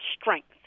strength